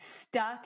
Stuck